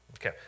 Okay